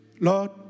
Lord